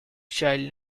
child